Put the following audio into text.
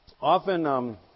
often